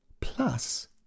Plus